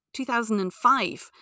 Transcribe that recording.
2005